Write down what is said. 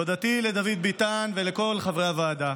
תודתי לדוד ביטן ולכל חברי הוועדה.